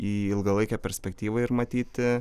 į ilgalaikę perspektyvą ir matyti